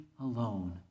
alone